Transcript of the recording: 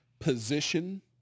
position